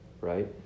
right